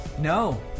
No